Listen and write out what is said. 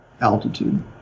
altitude